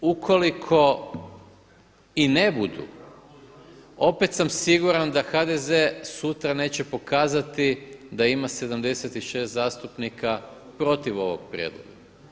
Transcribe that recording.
Ukoliko i ne budu opet sam siguran da HDZ sutra neće pokazati da ima 76 zastupnika protiv ovog prijedloga.